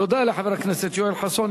תודה לחבר הכנסת יואל חסון.